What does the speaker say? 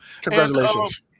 Congratulations